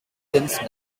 since